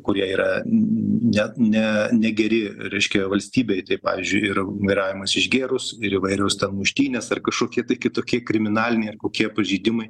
kurie yra net ne negeri reiškia valstybei tai pavyzdžiui ir vairavimas išgėrus ir įvairios muštynės ar kažkokie kitokie kriminaliniai ar kokie pažeidimai